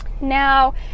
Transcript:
Now